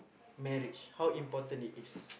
marriage how important it is